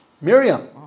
Miriam